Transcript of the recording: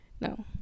no